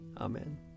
Amen